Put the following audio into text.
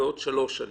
בעוד שלוש שנים.